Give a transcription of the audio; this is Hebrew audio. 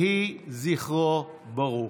יהי זכרו ברוך.